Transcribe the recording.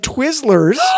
Twizzlers